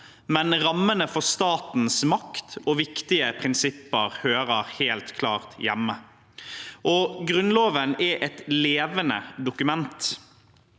men rammene for statens makt og viktige prinsipper hører helt klart hjemme der. Grunnloven er et levende dokument.